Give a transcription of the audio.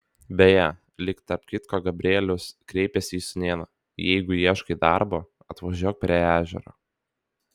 beje lyg tarp kitko gabrielius kreipėsi į sūnėną jeigu ieškai darbo atvažiuok prie ežero